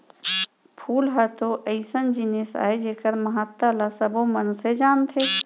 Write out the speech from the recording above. फूल ह तो अइसन जिनिस अय जेकर महत्ता ल सबो मनसे जानथें